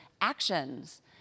actions